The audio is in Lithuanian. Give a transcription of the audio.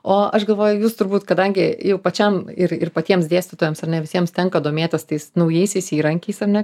o aš galvoju jūs turbūt kadangi jau pačiam ir ir patiems dėstytojams ar ne visiems tenka domėtis tais naujaisiais įrankiais ar ne